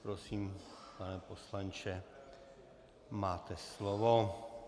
Prosím, pane poslanče, máte slovo.